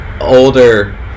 older